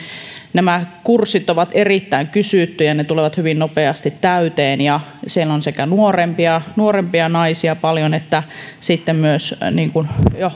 suunnatut kurssit ovat erittäin kysyttyjä ne tulevat hyvin nopeasti täyteen siellä on paljon sekä nuorempia nuorempia naisia että myös jo sanotaanko